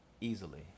easily